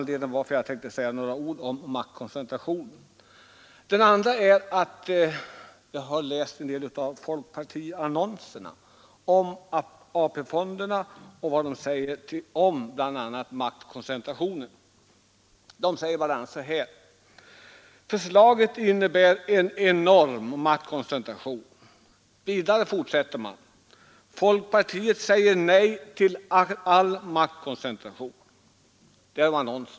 Den andra anledningen är att jag läst en del av folkpartiannonserna om AP-fonderna och vad där sägs om bl.a. maktkoncentrationen. De säger: Förslaget innebär en enorm maktkoncentration. Folkpartiet säger nej till all maktkoncentration.